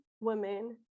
women